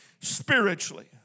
spiritually